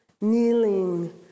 kneeling